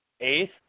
eighth